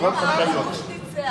העם בחר קדימה, אבל הגוש ניצח.